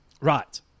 Right